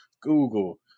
Google